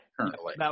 currently